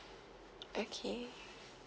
okay